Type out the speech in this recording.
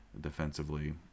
defensively